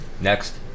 Next